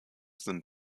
sind